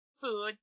food